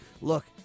Look